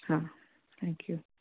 ಹಾಂ thank you